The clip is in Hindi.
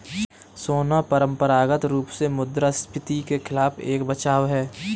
सोना परंपरागत रूप से मुद्रास्फीति के खिलाफ एक बचाव है